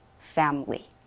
family